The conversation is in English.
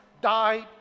died